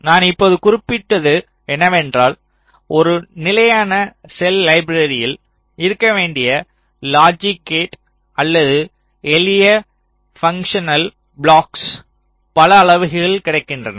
நான் இப்போது குறிப்பிட்டது என்னவென்றால் ஒரு நிலையான செல் லைப்ரரியில் இருக்க வேண்டிய லாஜிக் கேட் அல்லது எளிய பன்க்ஷனால் ப்ளாக்கள் பல அளவுகளில் கிடைக்கின்றன